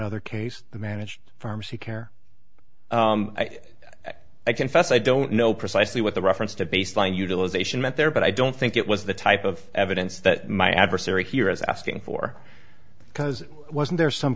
other case the managed pharmacy care i confess i don't know precisely what the reference to baseline utilization meant there but i don't think it was the type of evidence that my adversary here is asking for because i wasn't there some